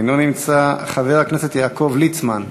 אינו נמצא, חבר הכנסת יעקב ליצמן,